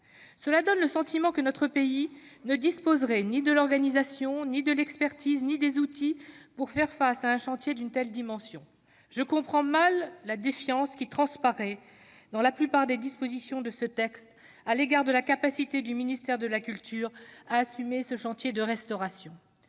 Cela donne le sentiment que notre pays ne disposerait ni de l'organisation, ni de l'expertise, ni des outils pour faire face à un chantier d'une telle dimension. Je comprends mal la défiance qui transparaît dans la plupart des dispositions de ce texte à l'égard de la capacité du ministère de la culture à assumer ce chantier de restauration.